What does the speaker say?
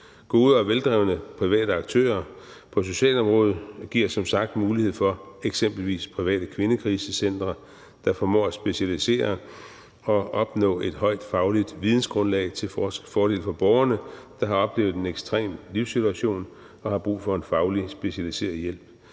Gode og veldrevne private aktører på socialområdet giver som sagt mulighed for eksempelvis private kvindekrisecentre, der formår at specialisere sig og opnå et højt fagligt vidensgrundlag til fordel for borgerne, der har oplevet en ekstrem livssituation og har brug for en faglig og specialiseret hjælp.